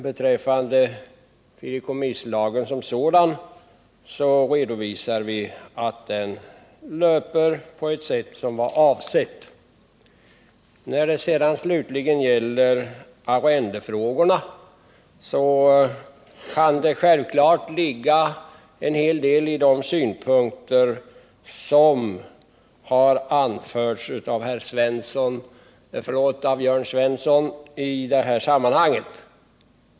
Beträffande fideikommisslagen som sådan redovisar vi att den fungerar på avsett sätt. Beträffande arrendefrågorna kan det självklart ligga en hel del i de synpunkter som har anförts av Jörn Svensson.